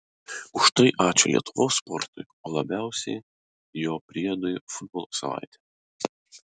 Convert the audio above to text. už tai ačiū lietuvos sportui o labiausiai jo priedui futbolo savaitė